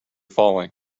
falling